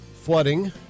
flooding